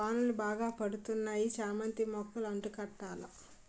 వానలు బాగా పడతన్నాయి చామంతి మొక్కలు అంటు కట్టాల